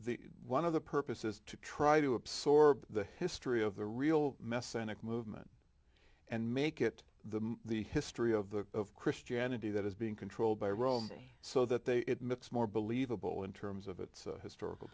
the one of the purpose is to try to absorb the history of the real mess and movement and make it the the history of the of christianity that is being controlled by rome so that they it makes more believable in terms of its historical